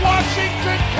Washington